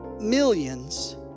millions